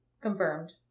confirmed